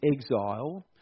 exile